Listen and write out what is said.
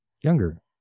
younger